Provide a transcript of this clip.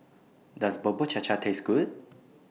Does Bubur Cha Cha Taste Good